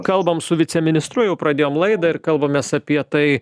kalbam su viceministru jau pradėjom laidą ir kalbamės apie tai